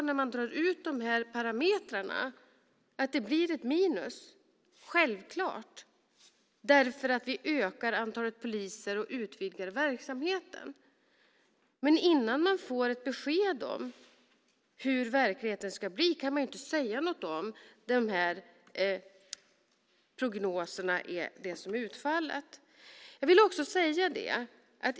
När man drar ut parametrarna blir det självklart ett minus, eftersom vi ökar antalet poliser och utvidgar verksamheten. Men innan man får ett besked om hur verkligheten ska bli kan man inte säga något om prognoserna kommer att bli utfallet.